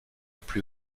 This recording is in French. plus